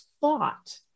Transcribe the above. thought